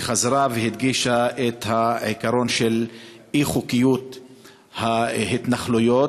וחזרה הדגישה את העיקרון של אי-חוקיות ההתנחלויות,